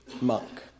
monk